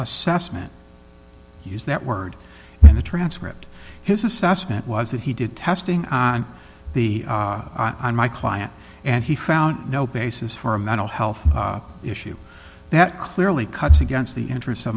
assessment use that word in the transcript his assessment was that he did testing on the on my client and he found no basis for a mental health issue that clearly cuts against the interest